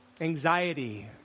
anxiety